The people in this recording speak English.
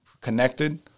connected